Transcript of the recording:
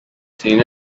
seen